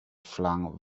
flung